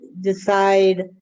decide